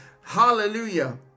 hallelujah